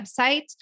website